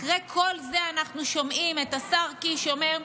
אחרי כל זה אנחנו שומעים את השר קיש אומר: